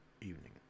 evening